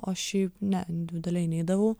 o šiaip ne individualiai neidavau